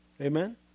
Amen